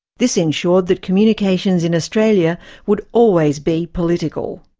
this ensured that communications in australia would always be political.